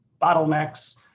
bottlenecks